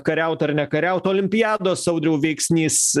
kariaut ar nekariaut olimpiados audriau veiksnys